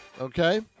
okay